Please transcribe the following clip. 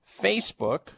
Facebook